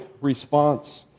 response